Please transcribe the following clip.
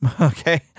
okay